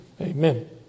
Amen